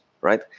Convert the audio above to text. right